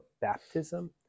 baptism